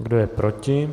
Kdo je proti?